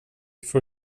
for